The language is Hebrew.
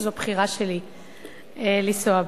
וזו בחירה שלי לנסוע בו.